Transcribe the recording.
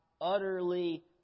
utterly